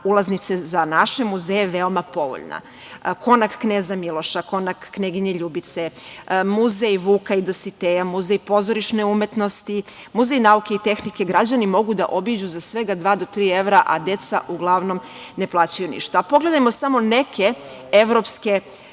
ulaznice za naše muzeje veoma povoljna. Konak Kneza Miloša, Konak Kneginje Ljubice, Muzej Vuka i Dositeja, Muzej pozorišne umetnosti, Muzej nauke i tehnike, građani mogu da obiđu za svega dva, tri evra, a deca uglavnom ne plaćaju ništa. Pogledajmo samo neke evropske